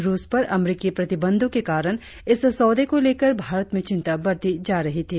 रुस पर अमरीकी प्रतिबंधों के कारण इस सौदे को लेकर भारत में चिंता बढ़ती जा रही थी